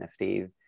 NFTs